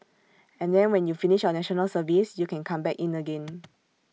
and then when you finish your National Service you can come back in again